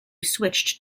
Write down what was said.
switched